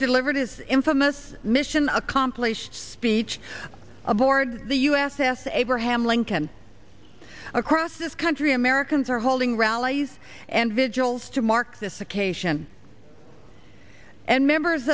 infamous mission accomplished speech aboard the u s s abraham lincoln across this country americans are holding rallies and vigils to mark this occasion and members